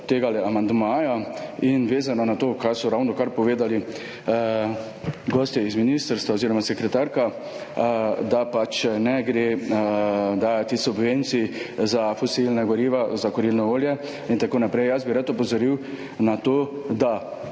tega amandmaja in vezano na to, kar so ravnokar povedali gostje iz ministrstva oziroma sekretarka, da pač ne gre dajati subvencij za fosilna goriva, za kurilno olje in tako naprej. Jaz bi rad opozoril na to, da